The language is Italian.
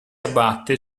abbatte